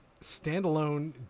standalone